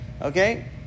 Okay